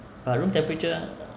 but room temperature